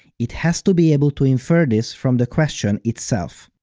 it has to be able to infer this from the question itself.